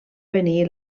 beneir